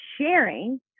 sharing